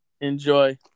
Enjoy